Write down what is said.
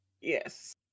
Yes